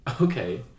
Okay